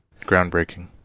Groundbreaking